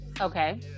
Okay